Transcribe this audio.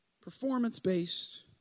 Performance-based